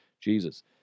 Jesus